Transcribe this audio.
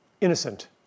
innocent